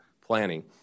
planning